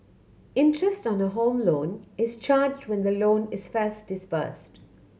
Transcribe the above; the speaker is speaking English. interest on a Home Loan is charged when the loan is first disbursed